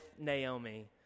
Naomi